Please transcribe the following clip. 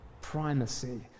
primacy